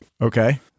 Okay